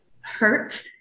hurt